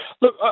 Look